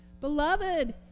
Beloved